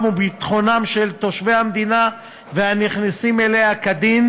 וביטחונם של תושבי המדינה והנכנסים אליה כדין,